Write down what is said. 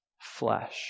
flesh